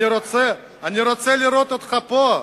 אני רוצה לראות אותך פה.